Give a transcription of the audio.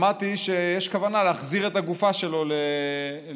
שמעתי שיש כוונה להחזיר את הגופה שלו לרשות,